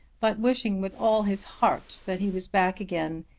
but wishing with all his heart that he was back again,